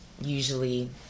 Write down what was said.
usually